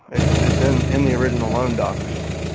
it's it's in in the original loan docs.